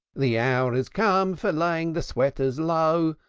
the hour has come for laying the sweaters low.